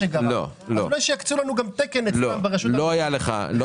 אולי יקצו לנו גם תקן ברשות המיסים.